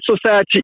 society